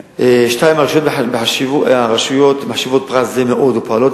2. הרשויות מחשיבות פרס זה מאוד ופועלות